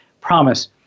promise